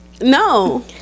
No